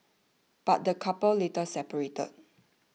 but the couple later separated